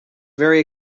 very